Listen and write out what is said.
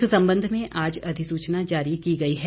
इस संबध मे आज अधिसूचना जारी की गई है